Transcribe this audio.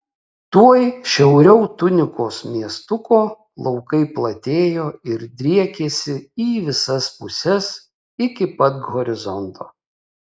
tuoj šiauriau tunikos miestuko laukai platėjo ir driekėsi į visas puses iki pat horizonto